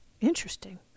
Interesting